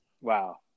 Wow